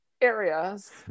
areas